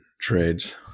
trades